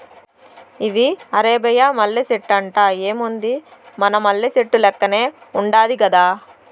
ఇది అరేబియా మల్లె సెట్టంట, ఏముంది మన మల్లె సెట్టు లెక్కనే ఉండాది గదా